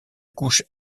couche